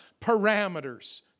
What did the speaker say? parameters